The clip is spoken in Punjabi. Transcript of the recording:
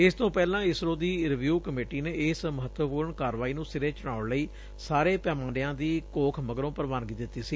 ਇਸ ਤੋਂ ਪਹਿਲਾਂ ਇਸਰੋ ਦੀ ਰਿਵਿਉ ਕਮੇਟੀ ਨੇ ਇਸ ਮਹੱਤਵਪੁਰਨ ਕਾਰਵਾਈ ਨੇ ਸਿਰੇ ਚੜਾਉਣ ਲਈ ਸਾਰੇ ਪੈਮਾਨਿਆਂ ਦੀ ਘੋਖ ਮਗਰੋਂ ਪੁਵਾਨਗੀ ਦਿੱਤੀ ਸੀ